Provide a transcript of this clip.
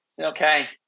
Okay